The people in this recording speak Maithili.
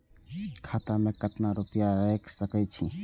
खाता में केतना रूपया रैख सके छी?